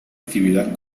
actividad